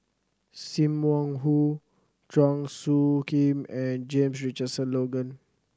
Sim Wong Hoo Chua Soo Khim and James Richardson Logan